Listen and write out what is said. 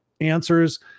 answers